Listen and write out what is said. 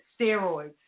Steroids